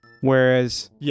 Whereas